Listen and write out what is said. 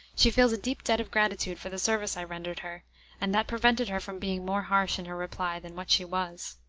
she feels a deep debt of gratitude for the service i rendered her and that prevented her from being more harsh in her reply than what she was.